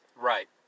Right